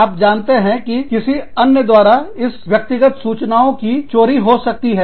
आप जानते हैं किसी अन्य द्वारा इस व्यक्तिगत सूचनाओं की चोरी हो सकती है